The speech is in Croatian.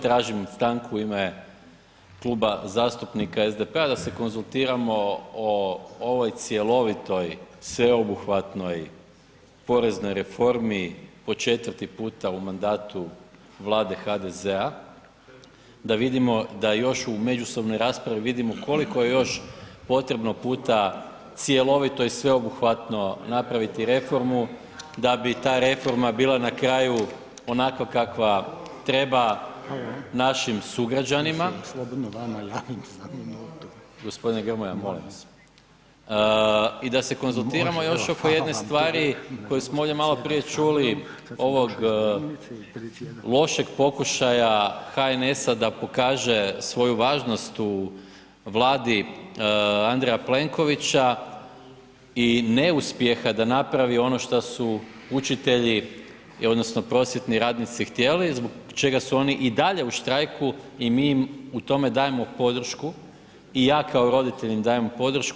Tražim stanku u ime Kluba zastupnika SDP-a da se konzultiramo o ovoj cjelovitoj, sveobuhvatnoj poreznoj reformi po četvrti puta u mandatu Vlade HDZ-a, da vidimo, da joj u međusobnoj raspravi vidimo koliko je još potrebno puta cjelovito i sveobuhvatno napraviti reformu da bi ta reforma bila na kraju onakva kakva treba našim sugrađanima, gospodine Grmoja molim vas, i da se konzultiramo još oko jedne stvari koju smo ovdje maloprije čuli ovog lošeg pokušaja HNS-a da pokaže svoju važnost u Vladi Andreja Plenkovića i neuspjeha da napravi ono što su učitelji odnosno prosvjetni radnici htjeli i zbog čega su oni i dalje u štrajku i mi im u tome dajemo podršku i ja kao roditelj im dajem podršku.